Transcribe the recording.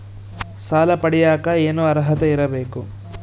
ಸಾಲ ಪಡಿಯಕ ಏನು ಅರ್ಹತೆ ಇರಬೇಕು?